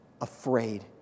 afraid